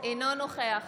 אינו נוכח